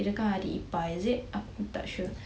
kirakan adik ipar is it aku pun tak sure